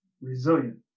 Resilient